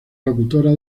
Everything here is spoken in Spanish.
locutora